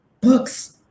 books